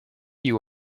you